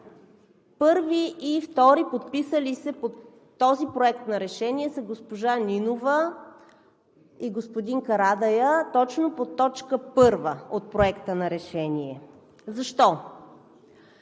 първи и втори, подписали се под този Проект на решение, са госпожа Нинова и господин Карадайъ – точно под точка първа от Проекта на решение. Защо?